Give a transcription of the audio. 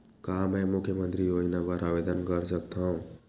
का मैं मुख्यमंतरी योजना बर आवेदन कर सकथव?